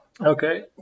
Okay